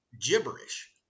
gibberish